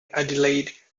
adelaide